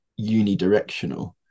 unidirectional